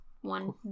one